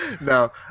No